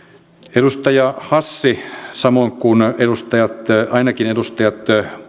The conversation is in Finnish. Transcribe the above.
edustaja hassi samoin kuin ainakin edustajat